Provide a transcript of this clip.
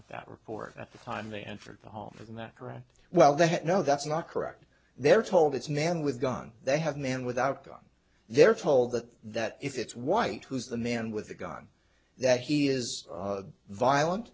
that report at the time they entered the home and that right well that no that's not correct they're told it's man with a gun they have men without them they're told that that if it's white who's the man with a gun that he is violen